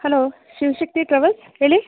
hello Shiva Shakti travels ಹೇಳಿ